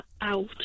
out